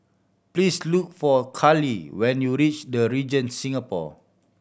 please look for Carley when you reach The Regent Singapore